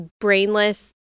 brainless